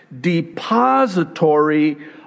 depository